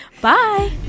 Bye